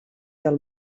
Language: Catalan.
del